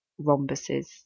rhombuses